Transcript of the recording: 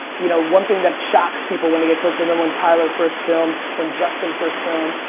you know, one thing that shocks people when they get close, i remember when tyler first filmed, when justin first filmed,